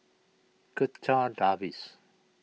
Checha Davies